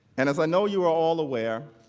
and if i know you're all aware